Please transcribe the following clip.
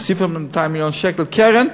מוסיפים 200 מיליון שקל קרן,